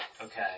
okay